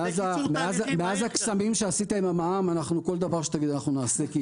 מאז הקסמים שעשית עם המע"מ אנחנו כל דבר שתגיד אנחנו נעשה.